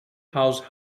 house